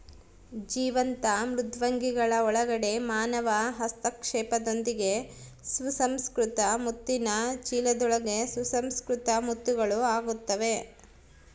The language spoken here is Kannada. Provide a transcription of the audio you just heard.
ಜೀವಂತ ಮೃದ್ವಂಗಿಗಳ ಒಳಗಡೆ ಮಾನವ ಹಸ್ತಕ್ಷೇಪದೊಂದಿಗೆ ಸುಸಂಸ್ಕೃತ ಮುತ್ತಿನ ಚೀಲದೊಳಗೆ ಸುಸಂಸ್ಕೃತ ಮುತ್ತುಗಳು ಆಗುತ್ತವೆ